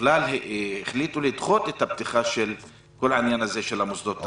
בכלל החליטו לדחות את הפתיחה של כל העניין הזה של המוסדות.